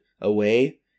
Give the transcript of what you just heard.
away